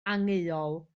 angheuol